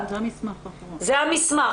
זה המסמך,